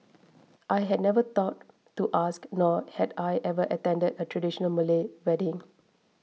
I had never thought to ask nor had I ever attended a traditional Malay wedding